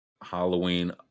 Halloween